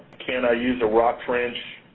can i use a rock trench,